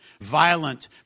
violent